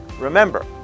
Remember